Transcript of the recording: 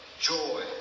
joy